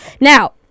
Now